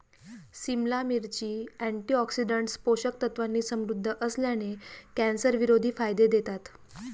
सिमला मिरची, अँटीऑक्सिडंट्स, पोषक तत्वांनी समृद्ध असल्याने, कॅन्सरविरोधी फायदे देतात